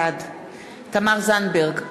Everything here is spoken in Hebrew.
בעד תמר זנדברג,